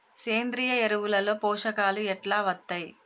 సేంద్రీయ ఎరువుల లో పోషకాలు ఎట్లా వత్తయ్?